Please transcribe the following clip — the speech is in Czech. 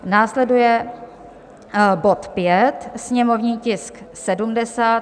Následuje bod 5, sněmovní tisk 70.